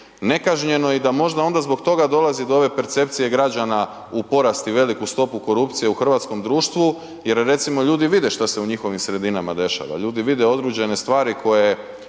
nekažnjeno i da možda onda zbog toga dolazi do ove percepcije građana u porasti veliku stopu korupcije u hrvatskom društvu jer recimo ljudi vide šta se u njihovim sredinama dešava, ljudi vide određene stvari koje,